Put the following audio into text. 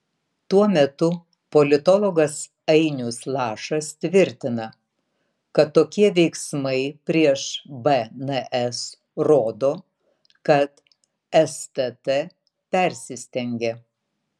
tuo metu politologas ainius lašas tvirtina kad tokie veiksmai prieš bns rodo kad stt persistengė